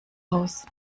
aus